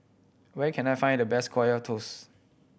where can I find the best Kaya Toast